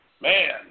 Man